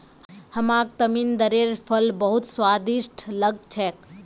हमाक तमरिंदेर फल बहुत स्वादिष्ट लाग छेक